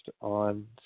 on